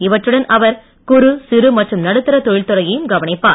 இவற்றுடன் அவர் குறு சிறு மற்றும் நடுத்தர தொழில்துறையையும் கவனிப்பார்